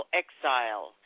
exile